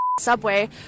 subway